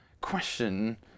question